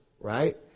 right